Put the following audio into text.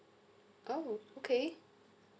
oh okay